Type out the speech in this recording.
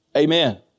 amen